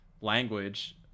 language